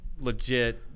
legit